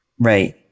Right